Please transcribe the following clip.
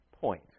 point